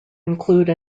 include